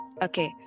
Okay